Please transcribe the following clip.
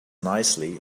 nicely